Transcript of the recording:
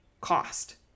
cost